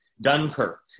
Dunkirk